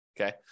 Okay